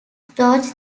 george